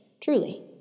truly